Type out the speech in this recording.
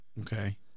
Okay